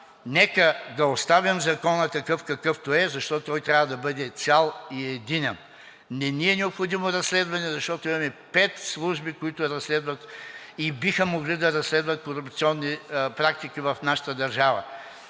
нека да оставим Закона такъв, какъвто е, защото той трябва да бъде цял и единен. Не ни е необходимо разследване, защото имаме пет служби, които разследват и биха могли да разследват корупционни практики в нашата държава.